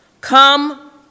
Come